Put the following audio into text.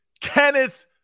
Kenneth